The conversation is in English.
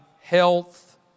health